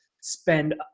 spend